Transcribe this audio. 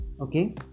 Okay